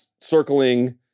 circling